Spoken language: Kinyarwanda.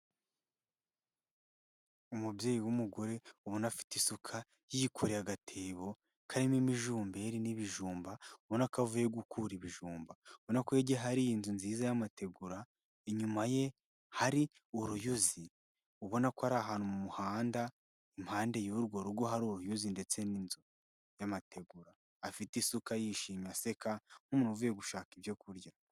Umubyeyi w'umugore ubona afite isuka yikoreye agatebo karimo imijumberi n'ibijumba ubona ko avuyeyo gukura ibijumba. Ubona ko hirya ye hari inzu nziza y'amategura inyuma ye hari uruyuzi. Ubona ko ari ahantu mu muhanda impande y'urwo rugo hari uruyuzi ndetse n'inzu y'amategura afite isuka yishima aseka nk'umuntu uvuye gushaka ibyo kurya.